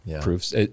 proofs